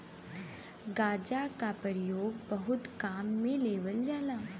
गांजा क परयोग बहुत काम में लेवल जाला